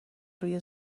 روی